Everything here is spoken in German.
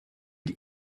die